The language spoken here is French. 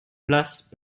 place